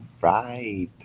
right